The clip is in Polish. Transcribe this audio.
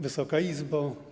Wysoka Izbo!